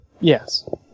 Yes